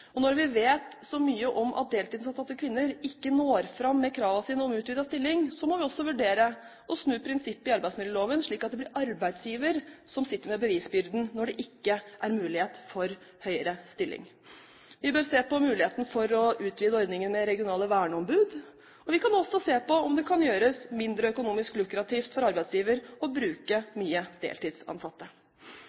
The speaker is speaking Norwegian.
Når vi vet så mye om at deltidsansatte kvinner ikke når fram med kravene sine om utvidet stilling, må vi også vurdere å snu prinsippet i arbeidsmiljøloven slik at det blir arbeidsgiver som sitter med bevisbyrden når det ikke er mulighet for høyere stilling. Vi bør se på muligheten for å utvide ordningen med regionale verneombud, og vi kan også se på om det kan gjøres mindre økonomisk lukrativt for arbeidsgiver å bruke mye deltidsansatte.